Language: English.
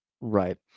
right